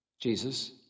Jesus